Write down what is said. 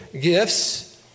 gifts